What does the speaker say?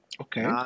okay